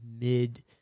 mid